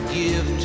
give